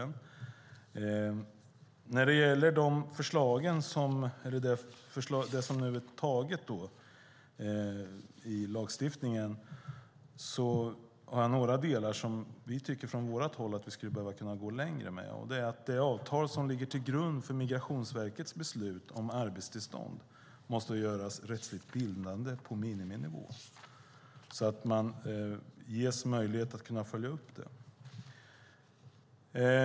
När det gäller det förslag som nu har antagits i lagstiftningen anser vi att vissa delar ska gå längre. Det avtal som ligger till grund för Migrationsverkets beslut om arbetstillstånd måste göras rättsligt bindande på miniminivå så att det blir möjligt att följa upp tillstånden.